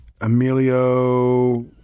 Emilio